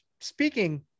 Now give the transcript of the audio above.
Speaking